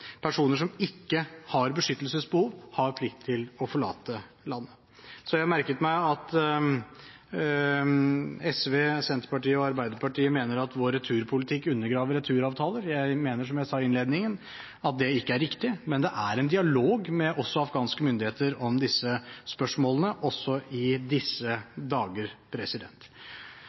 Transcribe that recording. Personer som ikke har beskyttelsesbehov, har plikt til å forlate landet. Så har jeg merket meg at SV, Senterpartiet og Arbeiderpartiet mener at vår returpolitikk undergraver returavtaler. Jeg mener, som jeg sa i innledningen, at det ikke er riktig, men det er en dialog også med afghanske myndigheter om disse spørsmålene, også i disse